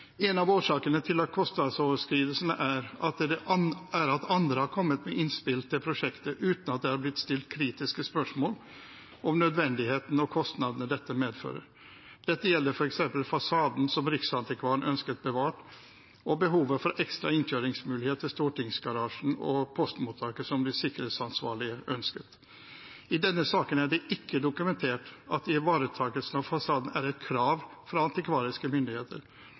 En av årsakene til kostnadsoverskridelsene er at andre har kommet med innspill til prosjektet uten at det har blitt stilt kritiske spørsmål om nødvendigheten av dem og kostnadene de ville medføre. Dette gjelder f.eks. fasaden som Riksantikvaren ønsket bevart, og behovet for en ekstra innkjøringsmulighet til stortingsgarasjen og postmottaket, som de sikkerhetsansvarlige ønsket. I denne saken er det ikke dokumentert at ivaretagelsen av fasaden er et krav fra antikvariske myndigheter.